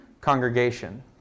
congregation